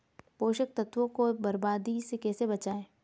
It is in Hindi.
पोषक तत्वों को बर्बादी से कैसे बचाएं?